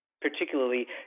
particularly